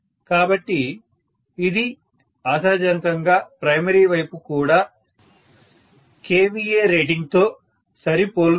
కాబట్టి ఇది ఆశాజనకంగా ప్రైమరీ వైపు కూడా kVA రేటింగ్తో సరిపోలుతోంది